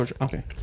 Okay